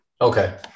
Okay